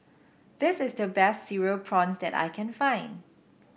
this is the best Cereal Prawns that I can find